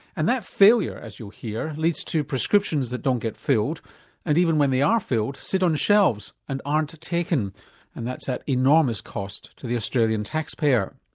and that failure, as you'll hear, leads to prescriptions that don't get filled and even when they are filled, sit on shelves and aren't taken and that's at enormous cost to the australian tax payer.